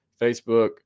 Facebook